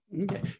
Okay